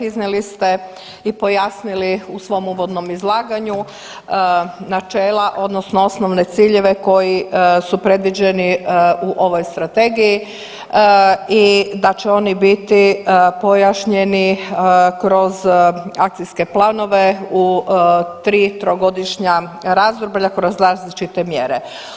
Iznijeli ste i pojasnili u svom uvodnom izlaganju načela odnosno osnovne ciljeve koji su predviđeni u ovoj Strategiji i da će oni biti pojašnjeni kroz akcijske planove u 3 trogodišnja razdoblja kroz različite mjere.